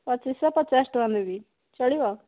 ପଚିଶ ଶହ ପଚାଶ ଟଙ୍କା ଦେବି ଚଳିବ